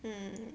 mm